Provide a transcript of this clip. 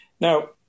Now